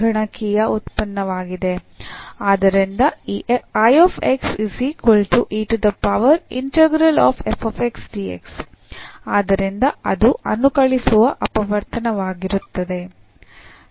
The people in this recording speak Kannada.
ಆದ್ದರಿಂದ ಈ ಆದ್ದರಿಂದ ಅದು ಅನುಕಲಿಸುವ ಅಪವರ್ತನವಾಗಿರುತ್ತದೆ